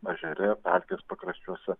ežere pelkės pakraščiuose